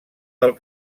del